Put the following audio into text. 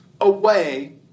away